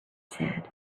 said